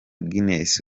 guinness